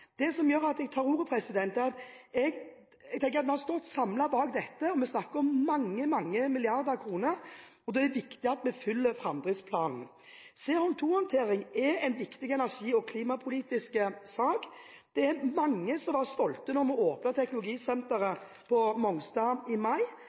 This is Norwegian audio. Det som gjør at jeg tar ordet, er at jeg tenker at vi har stått samlet bak dette, og vi snakker om mange, mange milliarder kroner, og det er viktig at vi følger framdriftsplanen. CO2-håndtering er en viktig energi- og klimapolitisk sak. Det er mange som var stolte da vi åpnet teknologisenteret